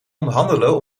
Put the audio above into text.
onderhandelen